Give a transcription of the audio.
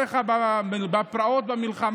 סעיף 25ב לחוק התגמולים לאסירי